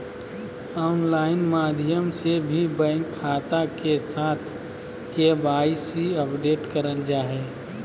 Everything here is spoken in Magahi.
ऑनलाइन माध्यम से भी बैंक खाता के साथ के.वाई.सी अपडेट करल जा हय